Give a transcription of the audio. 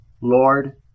Lord